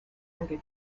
under